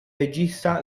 regista